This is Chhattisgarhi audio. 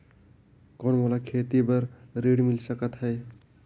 कौन मोला खेती बर ऋण मिल सकत है?